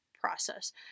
process